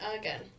again